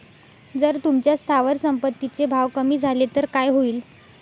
जर तुमच्या स्थावर संपत्ती चे भाव कमी झाले तर काय होईल?